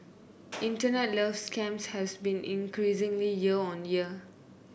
internet love scams has been increasingly year on year